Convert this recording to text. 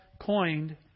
coined